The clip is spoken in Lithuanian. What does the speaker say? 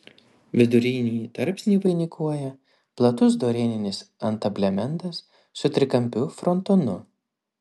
vidurinįjį tarpsnį vainikuoja platus dorėninis antablementas su trikampiu frontonu